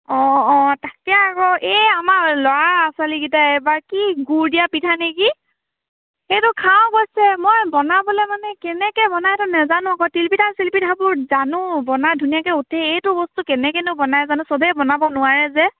অঁ অঁ তাকে আকৌ এই আমাৰ ল'ৰা ছোৱালীকেইটাই এইবাৰ কি গুড় দিয়া পিঠা নে কি সেইটো খাওঁ কৈছে মই বনাবলৈ মানে কেনেকৈ বনাই সেইটো নেজানো তিলপিঠা চিলপিঠাবোৰ জানো বনাওঁ ধুনীয়াকৈ উঠে এইটো বস্তু কেনেকৈনো বনাই জানো সবেই বনাব নোৱাৰে যে